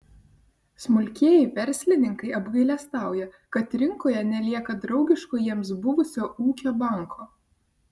smulkieji verslininkai apgailestauja kad rinkoje nelieka draugiško jiems buvusio ūkio banko